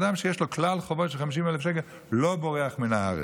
אדם שיש לו כלל חובות של 50,000 שקל לא בורח מן הארץ.